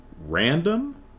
random